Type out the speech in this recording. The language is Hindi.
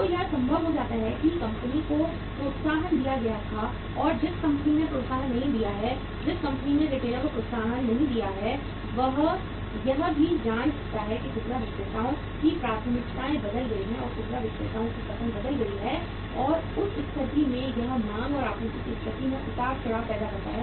तो यह संभव हो सकता है कि कंपनी को प्रोत्साहन दिया गया था और जिस कंपनी ने प्रोत्साहन नहीं दिया है जिस कंपनी ने रिटेलर को प्रोत्साहन नहीं दिया है वह यह नहीं जान सकता है कि खुदरा विक्रेताओं की प्राथमिकताएं बदल गई हैं और खुदरा विक्रेताओं की पसंद बदल गई है उस स्थिति में यह मांग और आपूर्ति की स्थिति में उतार चढ़ाव पैदा करता है